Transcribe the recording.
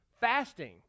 fasting